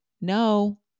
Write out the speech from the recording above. no